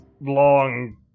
long